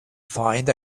find